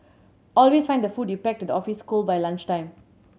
always find the food you pack to the office cold by lunchtime